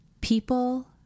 people